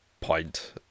point